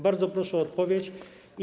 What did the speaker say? Bardzo proszę o odpowiedź.